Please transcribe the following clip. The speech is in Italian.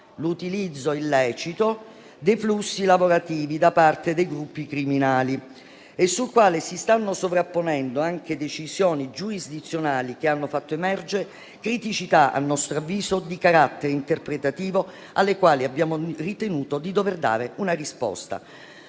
l'utilizzo illecito dei flussi lavorativi da parte dei gruppi criminali, e sul quale si stanno sovrapponendo anche decisioni giurisdizionali che hanno fatto emergere criticità, a nostro avviso, di carattere interpretativo, alle quali abbiamo ritenuto di dover dare una risposta.